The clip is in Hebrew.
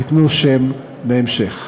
ייתנו שם בהמשך.